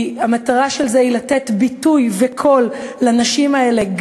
המטרה של זה היא לתת ביטוי וקול לנשים האלה,